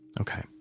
Okay